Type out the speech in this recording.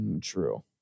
True